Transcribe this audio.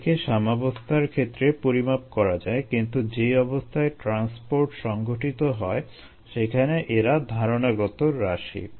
এদেরকে সাম্যাবস্থার ক্ষেত্রে পরিমাপ করা যায় কিন্তু যেই অবস্থায় ট্রান্সপোর্ট সংঘটিত হয় সেখানে এরা ধারণাগত রাশি